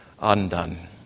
undone